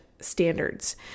standards